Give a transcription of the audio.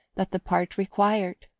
that the part required.